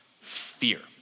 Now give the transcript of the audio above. Fear